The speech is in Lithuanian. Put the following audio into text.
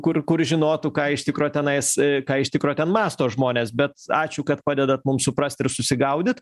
kur kur žinotų ką iš tikro tenais ką iš tikro ten mąsto žmonės bet ačiū kad padedat mums suprast ir susigaudyt